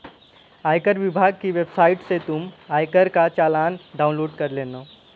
आयकर विभाग की वेबसाइट से तुम आयकर का चालान डाउनलोड कर लेना